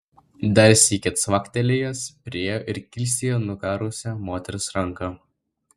dar sykį cvaktelėjęs priėjo ir kilstelėjo nukarusią moters ranką